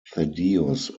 thaddeus